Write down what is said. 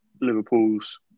Liverpool's